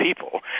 people